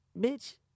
bitch